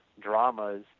dramas